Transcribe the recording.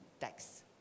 tax